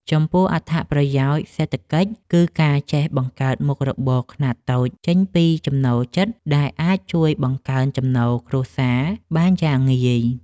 ចំពោះ អត្ថប្រយោជន៍សេដ្ឋកិច្ច គឺការចេះបង្កើតមុខរបរខ្នាតតូចចេញពីចំណូលចិត្ត ដែលអាចជួយបង្កើនចំណូលគ្រួសារបានយ៉ាងងាយ។